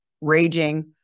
raging